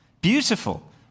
Beautiful